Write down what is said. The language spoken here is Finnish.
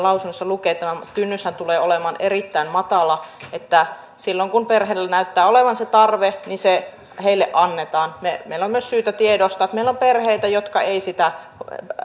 lausunnossa lukee tämä kynnyshän tulee olemaan erittäin matala silloin kun perheellä näyttää olevan se tarve se oikeus heille annetaan meillä on myös syytä tiedostaa että meillä on perheitä jotka eivät sitä